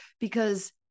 because-